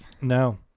no